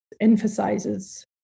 emphasizes